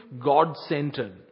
God-centered